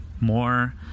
more